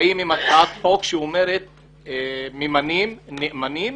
באים עם הצעת חוק שאומרת שממנים נאמנים,